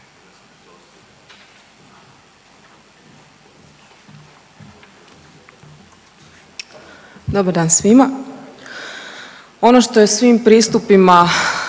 Dobar dan svima. Ono što je svim pristupima